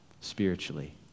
spiritually